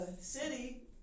city